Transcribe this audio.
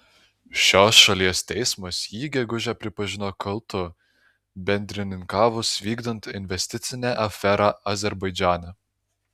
šios šalies teismas jį gegužę pripažino kaltu bendrininkavus vykdant investicinę aferą azerbaidžane